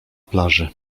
plaży